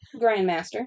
grandmaster